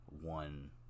one